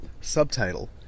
subtitle